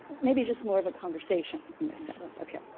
maybe just more of a conversation in a sense. ok.